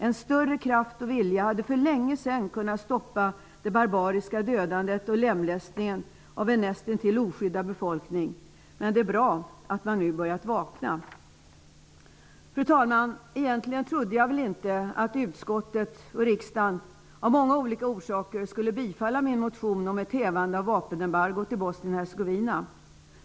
En större kraft och vilja hade för länge sedan kunnat stoppa det barbariska dödandet och lemlästningen av en nästintill oskyddad befolkning. Det är bra att man nu har börjat vakna. Fru talman! Egentligen trodde jag inte -- av många olika anledningar -- att utskottet skulle tillstyrka eller riksdagen bifalla min motion om ett hävande av vapenembargot i Bosnien-Hercegovina.